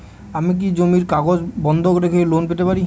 আমি কি জমির কাগজ বন্ধক রেখে লোন পেতে পারি?